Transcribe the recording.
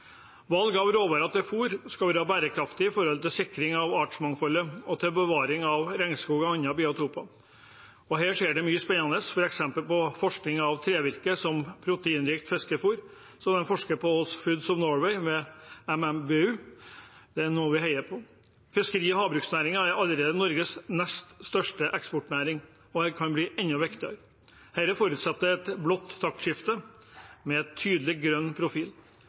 Valg av råvarer til fôr skal være bærekraftig med hensyn til å sikre artsmangfoldet og bevare regnskog og andre biotoper. Her skjer det mye spennende, f.eks. forskning på trevirke som proteinrikt fiskefôr, som de forsker på hos Foods of Norway ved NMBU. Det er noe vi heier på. Fiskeri- og havbruksnæringen er allerede Norges nest største eksportnæring, og den kan bli enda viktigere. Dette forutsetter et blått taktskifte med en tydelig grønn profil.